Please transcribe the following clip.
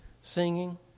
singing